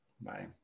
Bye